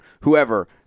whoever